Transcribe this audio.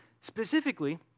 Specifically